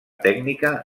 tècnica